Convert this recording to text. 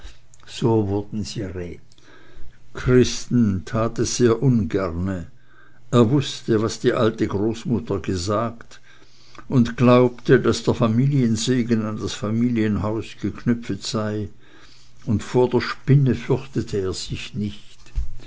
so wurden sie rätig christen tat es sehr ungerne er wußte was die alte großmutter gesagt und glaubte daß der familiensegen an das familienhaus geknüpfet sei und vor der spinne fürchtete er sich nicht